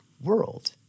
world